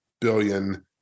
billion